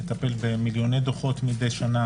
מטפל במיליוני דוחות מדי שנה